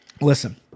listen